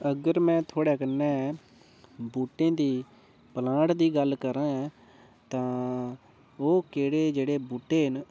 अगर मैं थुआढ़े कन्नै बूह्टें दी प्लांट दी गल्ल करां तां ओह् केह्ड़े जेह्ड़े बूह्टे न